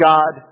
God